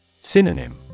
Synonym